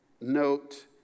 note